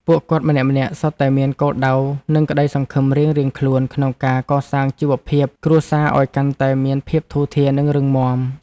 ពួកគាត់ម្នាក់ៗសុទ្ធតែមានគោលដៅនិងក្ដីសង្ឃឹមរៀងៗខ្លួនក្នុងការកសាងជីវភាពគ្រួសារឱ្យកាន់តែមានភាពធូរធារនិងរឹងមាំ។